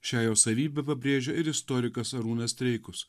šią jo savybę pabrėžia ir istorikas arūnas streikus